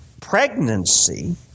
pregnancy